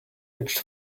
which